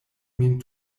min